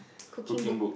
cooking book